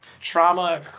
Trauma